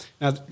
Now